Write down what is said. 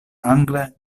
angle